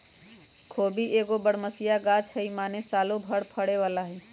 खोबि एगो बरमसिया ग़ाछ हइ माने सालो भर फरे बला हइ